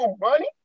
money